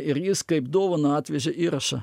ir jis kaip dovaną atvežė įrašą